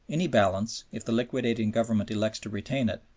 any balance, if the liquidating government elects to retain it,